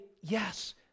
Yes